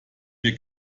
mir